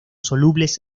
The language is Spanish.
solubles